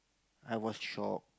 I was shocked